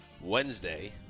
Wednesday